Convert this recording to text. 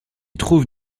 trouve